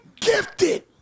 gifted